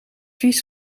vies